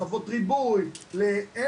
לחוות ריבוי וכולי,